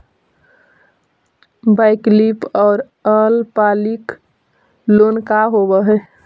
वैकल्पिक और अल्पकालिक लोन का होव हइ?